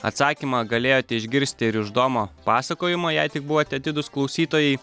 atsakymą galėjote išgirsti ir iš domo pasakojimo jei tik buvote atidūs klausytojai